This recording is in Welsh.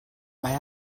mae